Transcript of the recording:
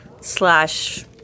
slash